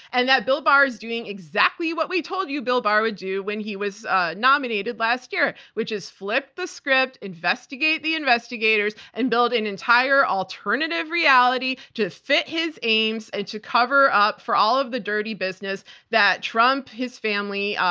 and that bill barr is doing exactly what we told you bill barr would do when he was ah nominated last year, which is flip the script, investigate the investigators, and build an entire alternative reality to fit his aims, and to cover up for all of the dirty business that trump, trump, his family,